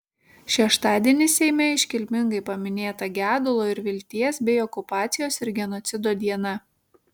šeštadienį seime iškilmingai paminėta gedulo ir vilties bei okupacijos ir genocido diena